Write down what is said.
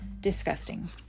Disgusting